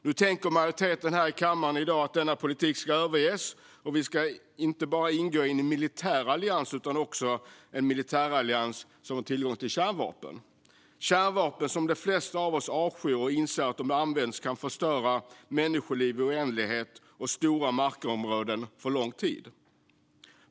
Nu tänker majoriteten här i kammaren i dag att denna politik ska överges. Vi ska inte bara ingå i en militär allians utan en militär allians som har tillgång till kärnvapen - kärnvapen som de flesta av oss avskyr och inser kan förstöra människoliv i oändlighet och stora markområden för lång tid om de används.